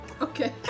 Okay